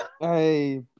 Hey